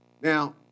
Now